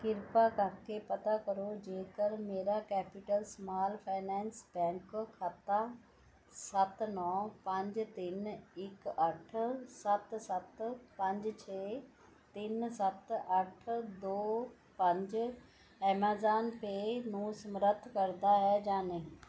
ਕਿਰਪਾ ਕਰਕੇ ਪਤਾ ਕਰੋ ਜੇਕਰ ਮੇਰਾ ਕੈਪੀਟਲ ਸਮਾਲ ਫਾਇਨੈਂਸ ਬੈਂਕ ਖਾਤਾ ਸੱਤ ਨੌ ਪੰਜ ਤਿੰਨ ਇੱਕ ਅੱਠ ਸੱਤ ਸੱਤ ਪੰਜ ਛੇ ਤਿੰਨ ਸੱਤ ਅੱਠ ਦੋ ਪੰਜ ਐਮਾਜ਼ਾਨ ਪੇਅ ਨੂੰ ਸਮਰੱਥ ਕਰਦਾ ਹੈ ਜਾਂ ਨਹੀਂ